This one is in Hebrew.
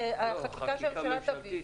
חקיקה ממשלתית?